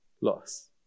loss